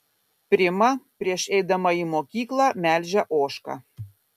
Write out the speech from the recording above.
prima prieš eidama į mokyklą melžia ožką